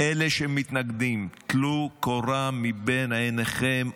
אלה שמתנגדים: טלו קורה מבין עיניכם.